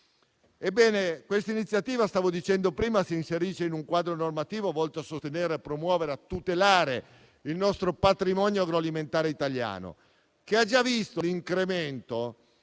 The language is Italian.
- come stavo dicendo - si inserisce in un quadro normativo volto a sostenere, promuovere e tutelare il patrimonio agroalimentare italiano, che ha già visto l'incremento